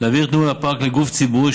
להעביר את ניהול הפארק לגוף ציבורי,